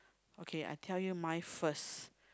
okay I tell you mine first